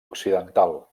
occidental